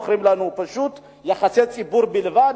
פשוט מוכרים לנו יחסי ציבור בלבד,